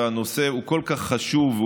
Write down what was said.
הנושא כל כך חשוב,